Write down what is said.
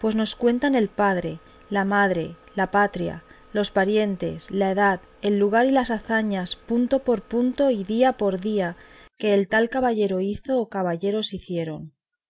pues nos cuentan el padre la madre la patria los parientes la edad el lugar y las hazañas punto por punto y día por día que el tal caballero hizo o caballeros hicieron